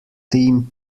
theme